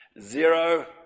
Zero